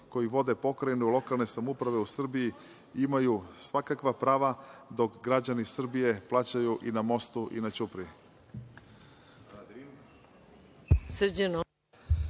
koji vode pokrajinu i lokalne samouprave u Srbiji imaju svakakva prava, dok građani Srbije plaćaju i na mostu i na ćupriji.